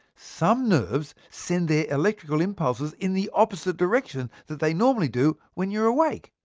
some nerves send their electrical impulses in the opposite direction they normally do when you are awake.